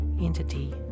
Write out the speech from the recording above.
entity